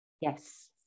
Yes